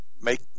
make